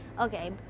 okay